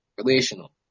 relational